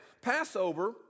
Passover